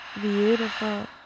Beautiful